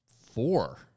four